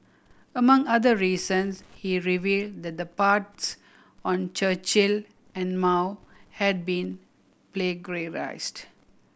among other reasons he revealed that the parts on Churchill and Mao had been plagiarised